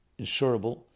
insurable